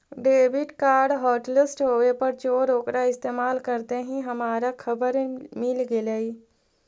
debit card hotlist होवे पर चोर ओकरा इस्तेमाल करते ही हमारा खबर मिल गेलई